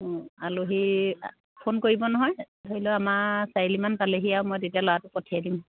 অঁ আলহী ফোন কৰিব নহয় ধৰি লওক আমাৰ চাৰিআলিমান পালহি আৰু মই তেতিয়া ল'ৰাটো পঠিয়াই দিম